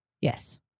Yes